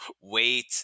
wait